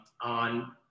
on